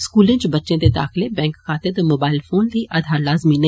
स्कूलै च बच्चें दे दाखले बैंक खातें ते मोबाइल फोन लेई आधार लाज़मी नेईं